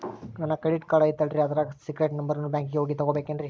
ನನ್ನ credit card ಐತಲ್ರೇ ಅದರ ಸೇಕ್ರೇಟ್ ನಂಬರನ್ನು ಬ್ಯಾಂಕಿಗೆ ಹೋಗಿ ತಗೋಬೇಕಿನ್ರಿ?